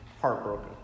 heartbroken